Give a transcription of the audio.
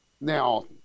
Now